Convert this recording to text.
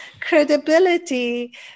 credibility